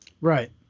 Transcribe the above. right